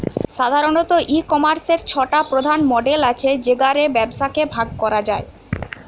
সাধারণত, ই কমার্সের ছটা প্রধান মডেল আছে যেগা রে ব্যবসাকে ভাগ করা যায়